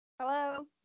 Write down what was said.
Hello